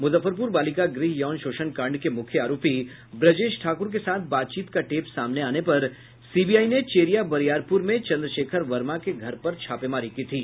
मुजफ्फरपुर बालिका गृह यौन शोषण कांड के मूख्य आरोपी ब्रजेश ठाक्र के साथ बातचीत का टेप सामने आने पर सीबीआई ने चेरिया बरियारपुर में चंद्रशेखर वर्मा के घर पर छापेमारी की थी